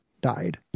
died